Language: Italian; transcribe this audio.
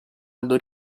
aldo